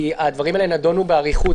כי הדברים האלה נדונו באריכות.